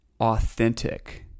authentic